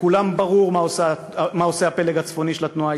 לכולם ברור מה עושה הפלג הצפוני של התנועה האסלאמית.